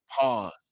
pause